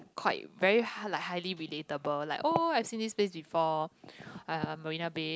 quite very like highly relatable like oh I've seen this place before uh Marina-Bay